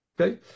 Okay